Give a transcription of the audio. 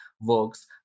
works